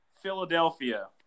Philadelphia